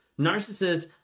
narcissists